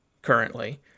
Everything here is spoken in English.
Currently